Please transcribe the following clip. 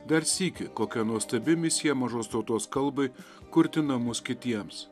dar sykį kokia nuostabi misija mažos tautos kalbai kurti namus kitiems